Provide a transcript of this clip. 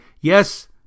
Yes